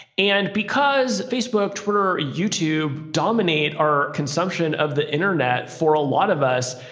and because facebook, twitter, youtube dominate our consumption of the internet for a lot of us,